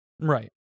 Right